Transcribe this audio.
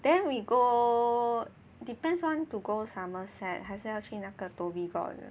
then we go depends want to go Somerset 还是要去那个 Dhoby Ghaut 的